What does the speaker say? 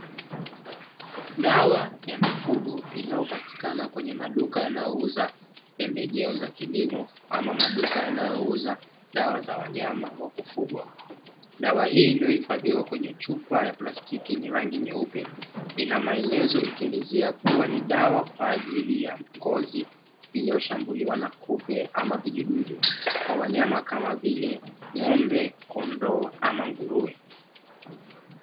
Dawa ya mifugo inayopatikana kwenye maduka yanayouza pembejeo za kilimo ama maduka yanayouza dawa za wanyama wa kufugwa, dawa hii iliyohifadhiwa kwenye chupa ya plastiki yenye rangi nyeupe; ina maelezo ikielezea kuwa ni dawa kwa ajili ya ngozi iliyoshambuliwa na kupe ama vijidudu kwa wanyama kama vile ng'ombe, kondoo ama nguruwe.